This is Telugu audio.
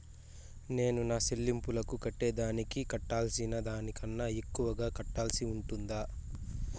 నేను నా సెల్లింపులకు కట్టేదానికి కట్టాల్సిన దానికన్నా ఎక్కువగా కట్టాల్సి ఉంటుందా?